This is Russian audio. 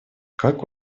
как